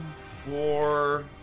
four